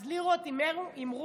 אז לירות המירו,